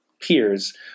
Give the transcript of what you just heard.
peers